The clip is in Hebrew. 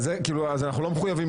אבל כמעט ולא הפעלנו את החריג,